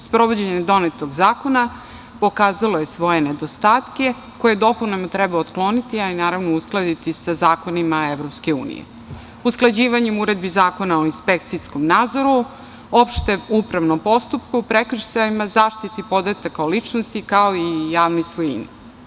Sprovođenjem donetog zakona pokazalo je svoje nedostatke koje dopunama treba otkloniti i, naravno, uskladiti sa zakonima EU, usklađivanjem uredbi Zakona o inspekcijskom nadzoru, opštem upravnom postupku, prekršajima, zaštiti podataka o ličnosti, kao i o javnoj svojini.